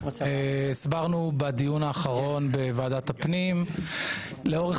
הסברנו בדיון האחרון בוועדת הפנים לאורך